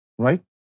Right